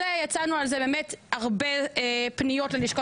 יצאנו על זה באמת בהרבה פניות ללשכת